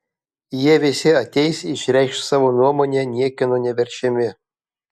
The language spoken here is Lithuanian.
jie visi ateis išreikš savo nuomonę niekieno neverčiami